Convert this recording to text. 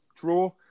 Draw